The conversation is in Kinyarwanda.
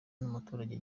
n’umuturage